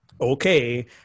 okay